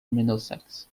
middlesex